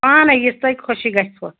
پانَے یِژھ تۄہہِ خوشی گژھِوٕ